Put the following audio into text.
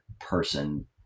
person